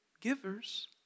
givers